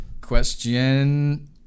Question